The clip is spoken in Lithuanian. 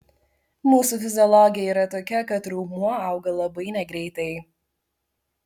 mūsų fiziologija yra tokia kad raumuo auga labai negreitai